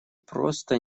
просто